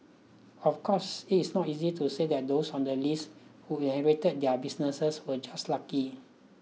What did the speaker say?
of course this is not easy to say that those on the list who inherited their businesses were just lucky